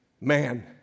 Man